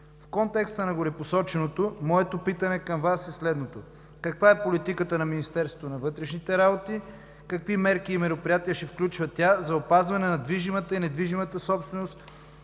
В контекста на горепосоченото моето питане към Вас е следното: каква е политиката на Министерството на вътрешните работи, какви мерки и мероприятия ще включва тя за опазване на движимата и недвижимата собственост